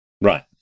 Right